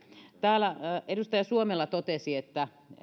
täällä edustaja suomela totesi että